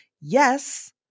Yes